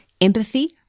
Empathy